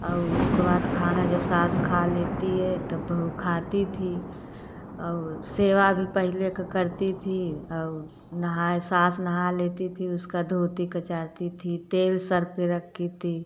और उसको बाद खाना जब सास खा लेती है तब बहू खाती थी और सेवा भी पहले का करती थी और नहाए सास नहा लेती थी उसका धोती कचारती थी तेल सिर पे रखी थी